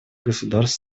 государств